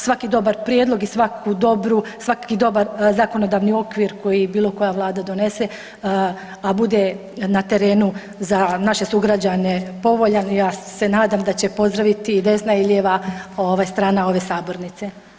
Svaki dobar prijedlog i svaki dobar zakonodavni okvir koji bilo koja Vlada donese a bude na terenu za naše sugrađane povoljan ja se nadam da će pozdraviti i desna i lijeva strana ove sabornice.